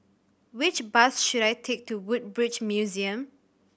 which bus should I take to Woodbridge Museum